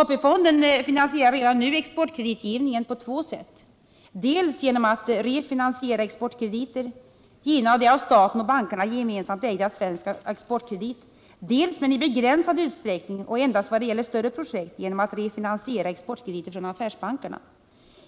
AP-fonden redovisar redan nu att exportkreditgivningen sker på två sätt: dels genom att refinansiera exportkrediter givna av det av staten och bankerna gemensamt ägda AB Svensk Exportkredit, dels men i begränsad utsträckning och endast vad gäller större projekt genom att refinansiera exportkrediter från affärsbankerna.